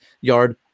yard